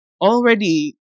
already